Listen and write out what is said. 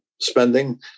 spending